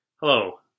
Hello